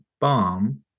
bomb